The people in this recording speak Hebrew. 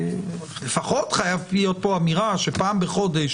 לפחות חייבת להיות פה אמירה שפעם בחודש